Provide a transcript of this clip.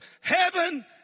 heaven